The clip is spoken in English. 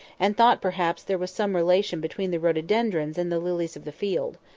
and thought, perhaps, there was some relation between the rhododendrons and the lilies of the field.